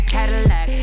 Cadillac